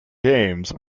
games